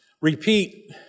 Repeat